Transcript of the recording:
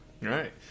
right